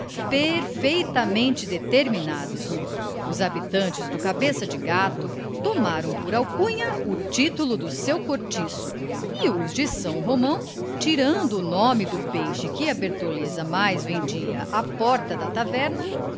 perfeitamente determinados os habitantes do cabeça de gato tomaram por alcunha o titulo do seu cortiço e os de são romão tirando o nome do peixe que a bertoleza mais vendia à porta da taverna